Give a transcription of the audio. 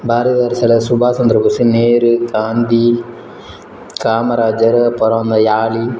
பாரதிதாசரோடய சுபாஷ் சந்திரபோஸ் நேரு காந்தி காமராஜர் அப்புறம் அந்த யாழி